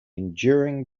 enduring